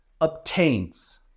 obtains